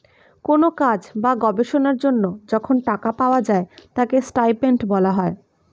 কোন কাজ বা গবেষণার জন্য যখন টাকা পাওয়া যায় তাকে স্টাইপেন্ড বলা হয়